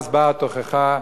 אז באה התוכחה,